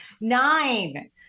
Nine